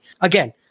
again